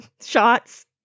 shots